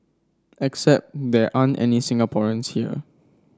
except there aren't any Singaporean tear